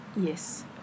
Yes